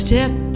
Step